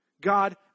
God